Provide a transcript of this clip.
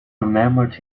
remembered